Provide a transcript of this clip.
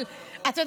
אבל אתה יודע,